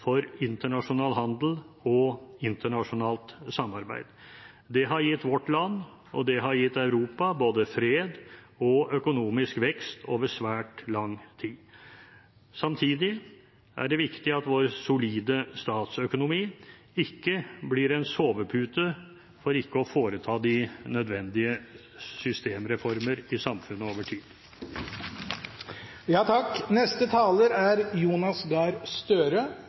for internasjonal handel og internasjonalt samarbeid. Det har gitt vårt land, og det har gitt Europa, både fred og økonomisk vekst over svært lang tid. Samtidig er det viktig at vår solide statsøkonomi ikke blir en sovepute for ikke å foreta de nødvendige systemreformer i samfunnet over tid. Valget til høsten er viktig for Norge. Det er